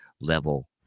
Level